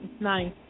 nice